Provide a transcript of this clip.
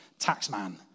taxman